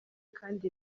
kandi